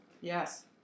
Yes